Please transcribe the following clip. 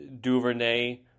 DuVernay